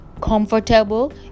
comfortable